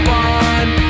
one